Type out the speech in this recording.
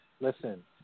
listen